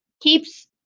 keeps